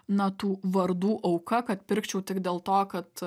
na tų vardų auka kad pirkčiau tik dėl to kad